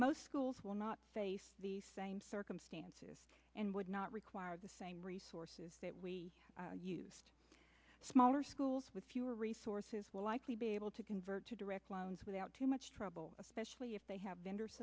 most schools will not face the same circumstances and would not require the same resources that we use smaller schools with fewer resources will likely be able to convert to direct loans without too much trouble especially if they have